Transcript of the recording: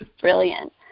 brilliant